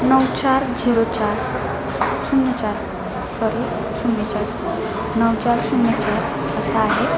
नऊ चार झिरो चार शून्य चार सॉरी शून्य चार नऊ चार शून्य चार असा आहे